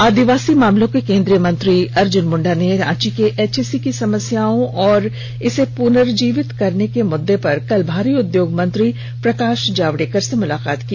आदिवासी मामले के केंद्रीय मंत्री अर्जुन मुंडा ने रांची के एचईसी की समस्याओं और इस पुनजीर्वित करने के मुददे पर कल भारी उर्द्योग मंत्री प्रकाश जावड़ेकर से मुलाकात की